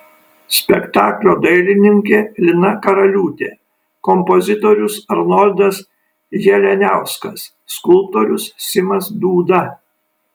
spektaklio dailininkė lina karaliūtė kompozitorius arnoldas jalianiauskas skulptorius simas dūda